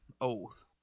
oath